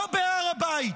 לא בהר הבית.